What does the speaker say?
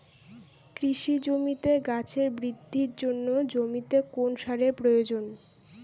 কৃষি জমিতে গাছের বৃদ্ধির জন্য জমিতে কোন সারের প্রয়োজন?